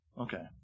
Okay